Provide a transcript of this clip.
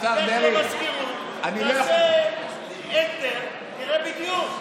לך למזכירות, תעשה enter ותראה בדיוק.